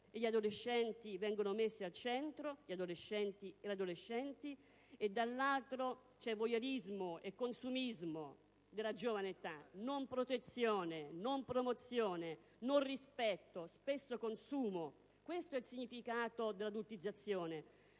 e le adolescenti vengono messi al centro e, dall'altro, vi sono voyeurismo e consumismo della giovane età, non protezione, non promozione, non rispetto e spesso consumo. Questo è il significato dell'adultizzazione.